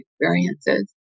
experiences